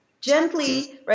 gently